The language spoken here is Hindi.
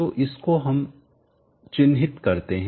तो इसको हम मार्कचिन्हित करते हैं